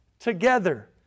together